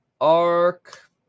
Arc